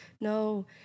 No